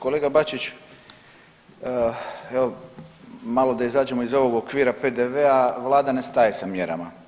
Kolega Bačić, evo malo da izađemo iz ovoga okvira PDV-a, vlada ne staje sa mjerama.